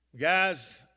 Guys